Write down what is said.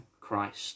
Christ